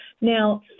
Now